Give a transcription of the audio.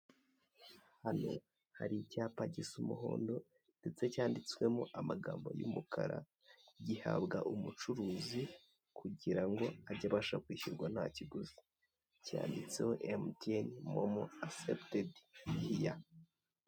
Hano hari icyapa gisa umuhondo ndetse cyanditswemo amagambo y'umukara, gihabwa umucuruzi kugirango ajye abasha kwishyurwa nta kiguzi. Cyanditseho emutiyene momo aseputedi hiya.